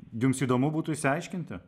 jums įdomu būtų išsiaiškinti